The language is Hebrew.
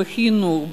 בחינוך,